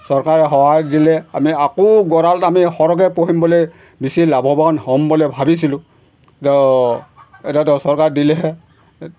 চৰকাৰে সহায় দিলে আমি আকৌ গঁৰালত আমি সৰহকৈ পুহিম বুলি বেছি লাভৱান হ'ম বুলি ভাবিছিলোঁ এতিয়াতো চৰকাৰে দিলেহে